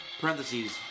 Parentheses